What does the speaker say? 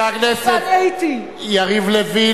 חבר הכנסת יריב לוין,